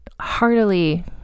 heartily